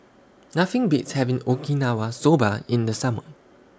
Nothing Beats having Okinawa Soba in The Summer